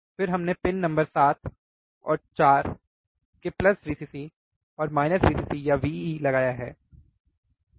फिर हमने pin number 7 और 4 केप्लस Vcc राइट और माइनस Vcc या Vee लगाया है